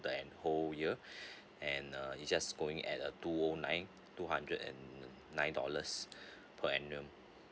the whole year and uh it just going at uh two O nine two hundred and nine dollars per annum